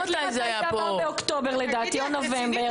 באוקטובר לדעתי או נובמבר.